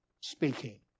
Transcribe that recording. speaking